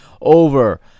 over